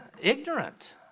ignorant